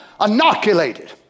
inoculated